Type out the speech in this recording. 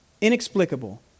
Inexplicable